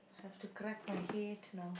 have to crack my head now